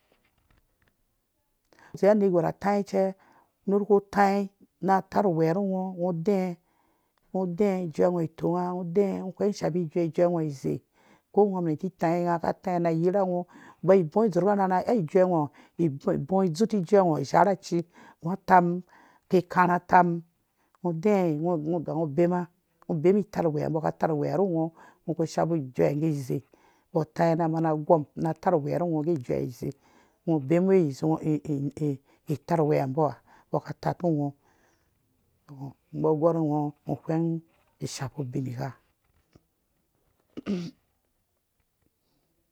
Dzowe anergwar atai cɛ ner ku tai na tar uwe rhu ngɔ ngɔ dɛɛ ngɔ dɛɛ ngo dɛɛ juɛ ngɔ tonga ngɔ dɛɛ ngo wheng sha pi ijuɛ ijuɛ ngɔ zei ko ngamɔti ki tai nga ka tai na yirha ngɔ bawu ibɔ karharha ai ijue ngɔ ha ibɔ dzur ti ijue ngɔ ha zharha acci na atam ki karha atam ngɔ dɛɛyɛ nga ganga bema nga bemi itar we ha mbɔ ka tarh uwe nu ngɔ ngɔ ku shapi ijuɛ ha nggɛ zei mbɔ tai na mana gɔm na tarhwe rhu ngɔ tai na mana gɔm na tarhwe rhu ngɔ ijɛu ha zei ngɔ benuwe itarh wɛ mbɔ ha mbɔ ka tarh tungɔ mbɔ gɔr ngɔ ngɔ wheng ishapu ubingha,